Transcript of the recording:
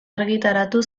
argitaratu